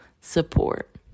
support